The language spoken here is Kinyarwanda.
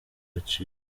agaciro